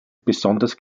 besonders